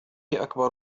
أكبر